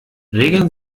regeln